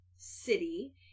City